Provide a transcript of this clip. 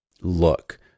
look